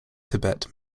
tibet